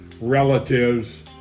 relatives